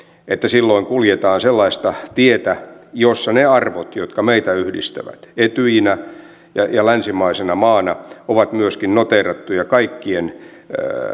että silloin kuljetaan sellaista tietä jossa ne arvot jotka meitä yhdistävät etyjinä ja ja länsimaisena maana ovat myöskin noteerattuja kaikkien